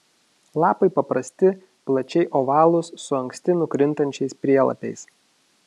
lapai paprasti plačiai ovalūs su anksti nukrintančiais prielapiais